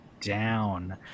down